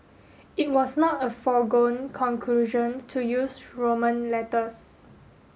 it was not a foregone conclusion to use Roman letters